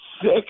Six